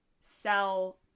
sell